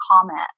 comment